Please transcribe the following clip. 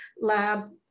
lab